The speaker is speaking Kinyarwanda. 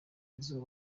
jizzo